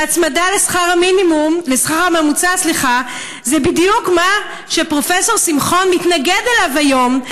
וההצמדה לשכר הממוצע זה בדיוק מה שפרופ' שמחון מתנגד אליו היום,